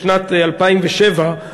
בשנת 2007 הוקם,